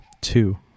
Two